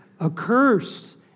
accursed